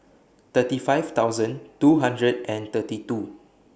thirty five thousand two hundred and thirty two